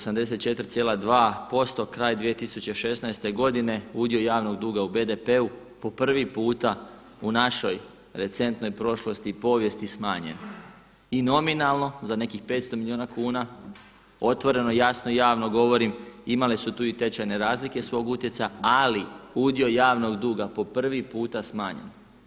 84,2% kraj 2016. godine udio javnog duga u BDP-u po prvi puta u našoj recentnoj prošlosti i povijesti smanjen i nominalno za nekih 500 milijuna kuna, otvoreno, jasno i javno govorim imale su tu i tečajne razlike svog utjecaja, ali udio javnog duga po prvi puta smanjen.